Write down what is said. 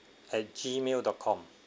at gmail dot com